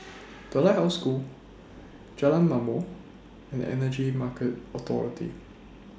The Lighthouse School Jalan Ma'mor and Energy Market Authority